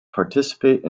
participate